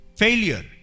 failure